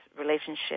relationship